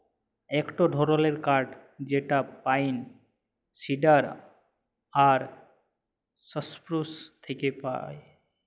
ইকটো ধরণের কাঠ যেটা পাইন, সিডার আর সপ্রুস থেক্যে পায়